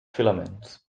filaments